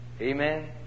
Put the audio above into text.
Amen